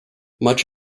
much